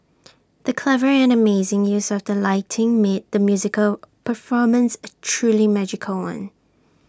the clever and amazing use of the lighting made the musical performance A truly magical one